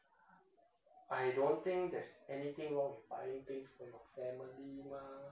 I don't think there's anything wrong with buying things for your family ma